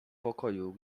pokoju